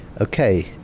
Okay